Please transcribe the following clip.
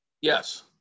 Yes